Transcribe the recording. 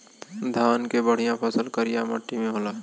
धान के बढ़िया फसल करिया मट्टी में होला